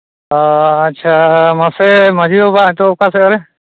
ᱦᱮᱸ ᱟᱪᱪᱷᱟ ᱢᱟᱥᱮ ᱢᱟᱺᱡᱷᱤ ᱵᱟᱵᱟ ᱱᱚᱛᱳᱜ ᱚᱠᱟ ᱥᱮᱫᱨᱮ